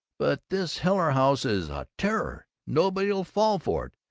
but this heiler house is a terror. nobody'll fall for it.